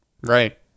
right